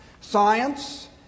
Science